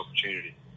opportunity